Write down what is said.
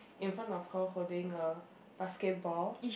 in front of her holding a basketball